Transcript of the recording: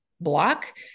block